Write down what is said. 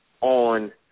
on